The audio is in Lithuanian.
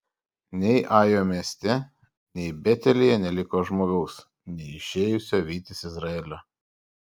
nei ajo mieste nei betelyje neliko žmogaus neišėjusio vytis izraelio